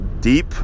deep